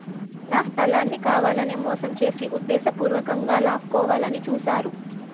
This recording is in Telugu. నా స్థలాన్ని కావాలనే మోసం చేసి ఉద్దేశపూర్వకంగా లాక్కోవాలని చూశారు